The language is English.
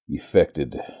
affected